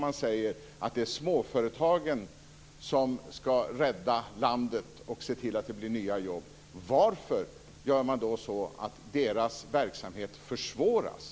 Man säger att det är småföretagen som skall rädda landet och se till att det blir nya jobb. Varför gör man då så att deras verksamhet försvåras?